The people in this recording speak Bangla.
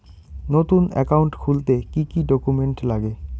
নতুন একাউন্ট খুলতে কি কি ডকুমেন্ট লাগে?